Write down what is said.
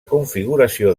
configuració